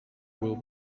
will